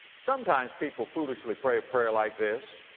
sometimes people foolishly pray a prayer like this.